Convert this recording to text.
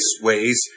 ways